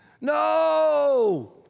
No